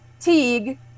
Teague